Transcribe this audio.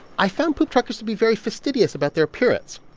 i found poop truckers to be very fastidious about their appearance.